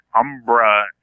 Umbra